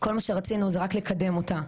כל מה שרצינו זה רק לקדם אותה,